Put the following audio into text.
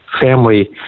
family